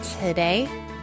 Today